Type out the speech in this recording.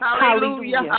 Hallelujah